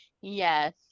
Yes